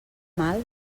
mal